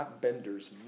benders